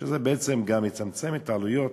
שזה בעצם גם מצמצם את העלויות.